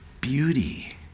beauty